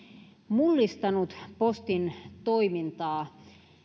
mullistanut postin toimintaa